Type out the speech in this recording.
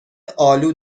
آلو